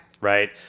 Right